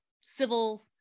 civil